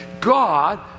God